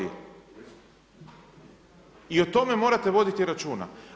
I o tome morate voditi računa.